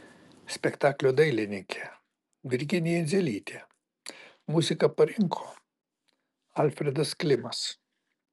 spektaklio dailininkė virginija idzelytė muziką parinko alfredas klimas